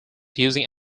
using